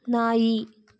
ನಾಯಿ